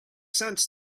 sense